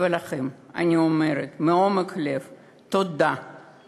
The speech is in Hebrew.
לכם אני אומרת מעומק הלב: תודה,